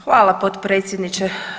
Hvala potpredsjedniče.